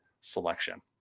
selection